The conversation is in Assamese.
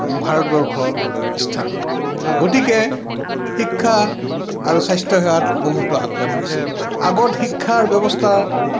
ভাৰতবৰ্ষৰ স্থান গতিকে শিক্ষা আৰু স্বাস্থ্যসেৱাত বহুতো আগবাঢ়ি গৈছে আগত শিক্ষাৰ ব্যৱস্থাৰ